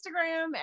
Instagram